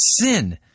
sin